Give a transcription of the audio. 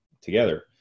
together